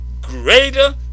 greater